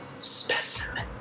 specimen